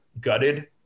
gutted